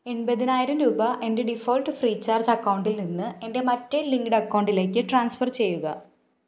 എൺപതിനായിരം രൂപ എന്റെ ഡിഫോൾട്ട് ഫ്രീ ചാർജ് അക്കൗണ്ടിൽ നിന്ന് എന്റെ മറ്റേ ലിങ്ക്ഡ് അക്കൗണ്ടിലേക്ക് ട്രാൻസ്ഫർ ചെയ്യുക